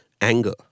anger